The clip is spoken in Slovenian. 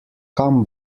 kam